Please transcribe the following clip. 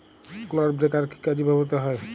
Clod breaker কি কাজে ব্যবহৃত হয়?